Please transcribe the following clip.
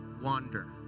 wander